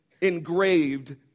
engraved